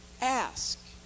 ask